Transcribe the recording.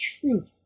truth